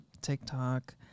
TikTok